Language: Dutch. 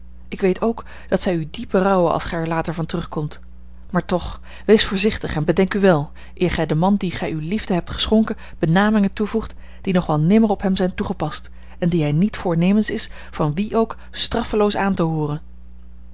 ik weet ook dat zij u diep berouwen als gij er later van terugkomt maar toch wees voorzichtig en bedenk u wel eer gij den man dien gij uwe liefde hebt geschonken benamingen toevoegt die nog wel nimmer op hem zijn toegepast en die hij niet voornemens is van wie ook straffeloos aan te hooren